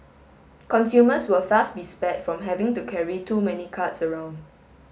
consumers will thus be spared from having to carry too many cards around